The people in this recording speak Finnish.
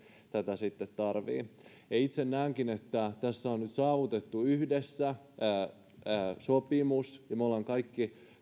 tätä sitten tarvitaan itse näenkin että kun tässä on nyt saavutettu yhdessä sopimus ja me olemme kaikki